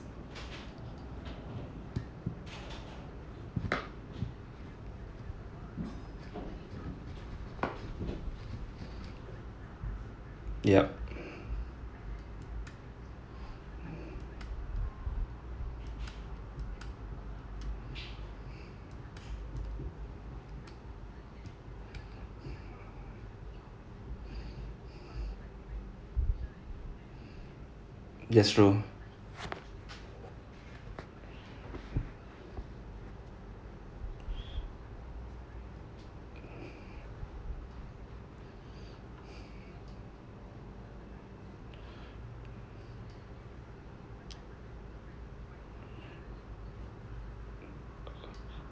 yup that's true